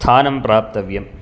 स्थानं प्राप्तव्यं